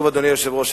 אדוני היושב-ראש,